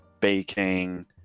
baking